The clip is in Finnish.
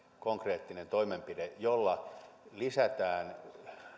konkreettinen toimenpide jolla lisätään